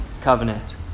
covenant